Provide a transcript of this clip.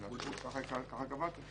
ככה קבעתם.